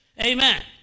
Amen